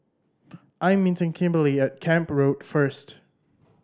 I am meeting Kimberly at Camp Road first